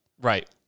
right